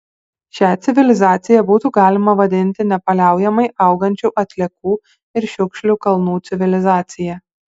šią civilizaciją būtų galima vadinti nepaliaujamai augančių atliekų ir šiukšlių kalnų civilizacija